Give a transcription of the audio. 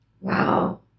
Wow